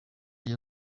iyo